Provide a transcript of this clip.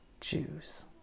Jews